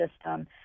system